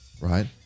right